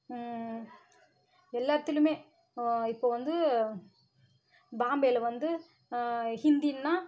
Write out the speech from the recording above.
எல்லாத்துலேயுமே இப்போ வந்து பாம்பேவில் வந்து ஹிந்தின்னால்